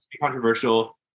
controversial